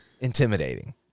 intimidating